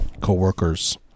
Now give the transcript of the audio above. coworkers